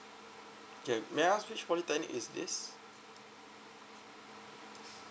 okay may I ask which polytechnic is this